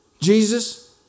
Jesus